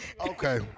Okay